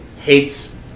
hates